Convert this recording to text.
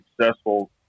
successful